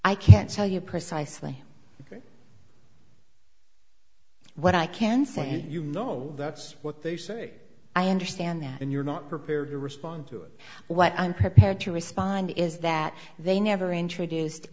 i can't tell you precisely what i can say you know that's what they say i understand that and you're not prepared to respond to what i'm prepared to respond is that they never introduced